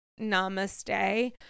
namaste